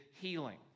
healing